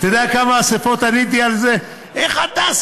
אתה יודע כמה אספות עניתי על זה: איך אתה,